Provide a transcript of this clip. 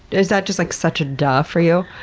is that just, like, such a duh for you?